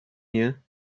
here